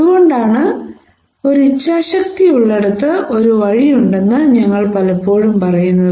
അതുകൊണ്ടാണ് ഒരു ഇച്ഛാശക്തിയുള്ളിടത്ത് ഒരു വഴിയുണ്ടെന്ന് ഞങ്ങൾ പലപ്പോഴും പറയുന്നത്